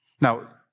Now